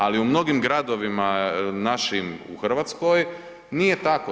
Ali, u mnogim gradovima našim u Hrvatskoj nije tako.